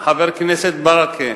חבר הכנסת ברכה,